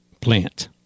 plant